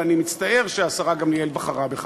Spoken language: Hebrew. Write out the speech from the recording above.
ואני מצטער שהשרה גמליאל בחרה בכך.